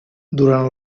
durant